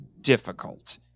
difficult